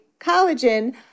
collagen